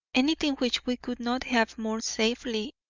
anything which we could not have more safely,